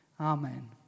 Amen